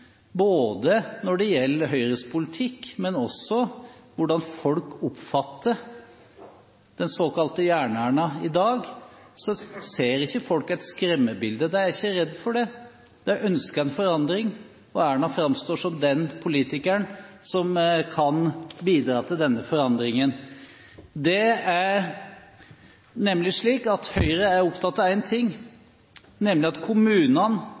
både når det gjelder Høyres politikk og også hvordan folk oppfatter den såkalte Jern-Erna i dag, så ser ikke folk et skremmebilde, de er ikke redde for det. De ønsker en forandring, og Erna framstår som den politikeren som kan bidra til denne forandringen. Høyre er opptatt av én ting, nemlig at kommunene er den viktigste arenaen for folks hverdag. Kommunene